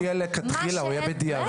הוא לא יהיה מלכתחילה, הוא יהיה בדיעבד.